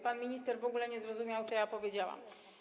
Pan minister w ogóle nie zrozumiał, co ja powiedziałam.